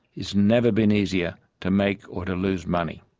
it's never been easier to make or to lose money.